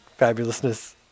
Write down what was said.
fabulousness